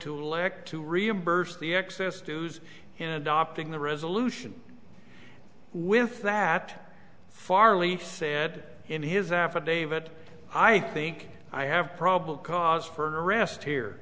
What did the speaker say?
to elect to reimburse the excess tuesday in adopting the resolution with that farley said in his affidavit i think i have probable cause for arrest here